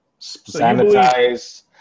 Sanitize